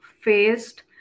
faced